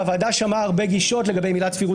והוועדה שמעה הרבה גישות לגבי אם עילת סבירות